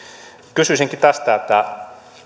kysyisinkin tästä